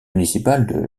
municipale